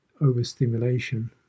overstimulation